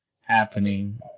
happening